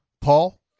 Paul